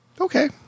Okay